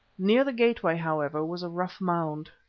near the gateway, however, was a rough mound.